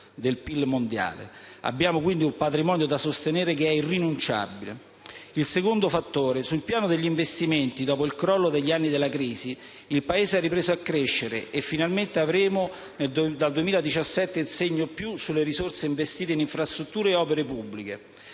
del PIL mondiale. Abbiamo quindi un patrimonio irrinunciabile da sostenere. Passo al secondo fattore. Sul piano degli investimenti, dopo il crollo degli anni della crisi, il Paese ha ripreso a crescere e finalmente dal 2017 avremo il segno «+» sulle risorse investite in infrastrutture e opere pubbliche.